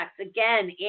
Again